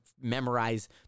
memorize